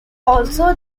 also